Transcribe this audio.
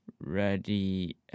ready